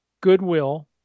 goodwill